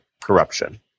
corruption